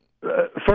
first